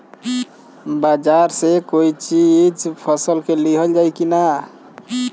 बाजार से कोई चीज फसल के लिहल जाई किना?